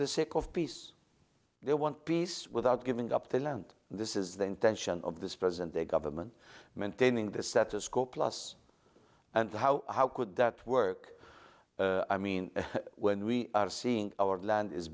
the sake of peace they want peace without giving up their land this is the intention of this present day government maintaining the status quo plus and how how could that work i mean when we are seeing our land is